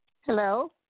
Hello